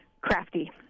crafty